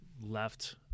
left